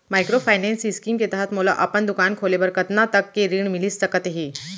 Microfinance scheme के तहत मोला अपन दुकान खोले बर कतना तक के ऋण मिलिस सकत हे?